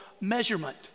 measurement